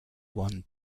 one